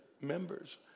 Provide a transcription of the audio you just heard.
members